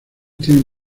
tienen